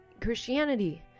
Christianity